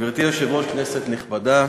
גברתי היושבת-ראש, כנסת נכבדה,